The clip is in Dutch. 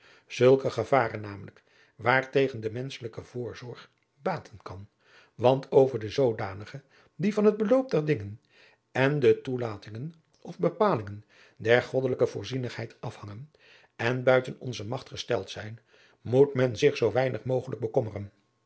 zulke gevaren namelijk waartegen de menschelijke voorzorg baten kan want over de zoodanige die van het beloop der dingen en de toelatingen of bepalingen der goddelijke voorzienigheid afhangen en buiten onze magt gesteld zijn moet men zich zoo weinig mogelijk bekommeren